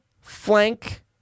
flank